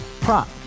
prop